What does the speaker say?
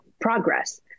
progress